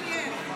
תגיד לי איך?